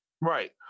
Right